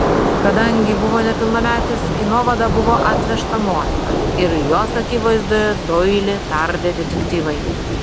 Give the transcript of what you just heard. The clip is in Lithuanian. kadangi buvo nepilnametis į nuovadą buvo atvežta motina ir jos akivaizdoje doilį tardė detektyvai